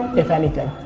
if anything?